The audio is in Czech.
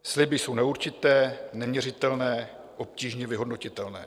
Sliby jsou neurčité, neměřitelné, obtížně vyhodnotitelné.